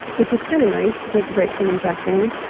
which is kind of nice to take a break from injecting.